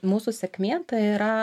mūsų sėkmė tai yra